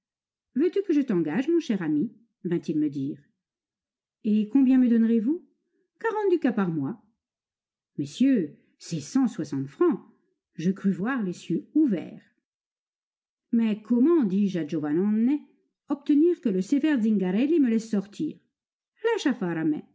veux-tu que je t'engage mon cher ami vint-il me dire et combien me donnerez-vous quarante ducats par mois messieurs c'est cent soixante francs je crus voir les cieux ouverts mais comment dis-je à giovannone obtenir que le sévère zingarelli me laisse sortir